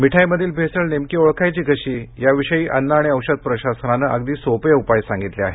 मिठाईमधील भेसळ नेमकी ओळखायची कशी याविषयी अन्न आणि औषध प्रशासनाने अगदी सोपे उपाय सांगितले आहेत